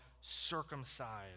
circumcised